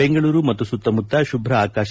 ಬೆಂಗಳೂರು ಮತ್ತು ಸುತ್ತಮತ್ತ ಶುಭ್ರ ಆಕಾಶ